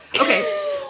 okay